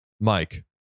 Mike